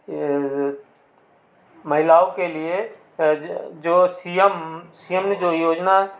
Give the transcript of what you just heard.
यह महिलाओं के लिए जो सी एम सी एम ने जो योजना